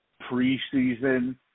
preseason –